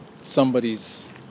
somebody's